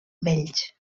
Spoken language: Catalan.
vells